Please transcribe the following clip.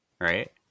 right